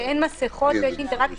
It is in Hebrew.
כשאין מסכות ויש אינטראקציה